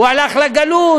הוא הלך לגלות,